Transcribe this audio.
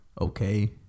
Okay